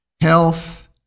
Health